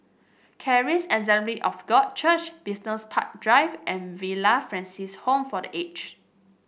Charis Assembly of God Church Business Park Drive and Villa Francis Home for The Aged